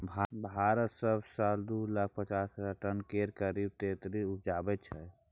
भारत सब साल दु लाख पचास हजार टन केर करीब तेतरि उपजाबै छै